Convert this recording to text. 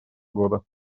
года